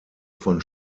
von